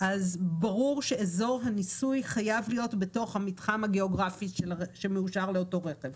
ברור שאזור הניסוי חייב להיות בתוך המתחם הגיאוגרפי שמאושר לאותו רכב,